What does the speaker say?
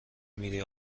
میری